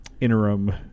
interim